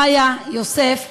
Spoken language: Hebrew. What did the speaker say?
חיה, יוסף ואלעד,